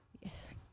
yes